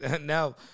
No